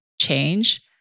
change